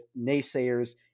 naysayers